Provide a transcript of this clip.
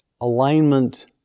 alignment